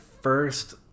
first